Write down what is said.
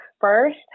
first